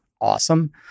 awesome